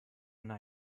night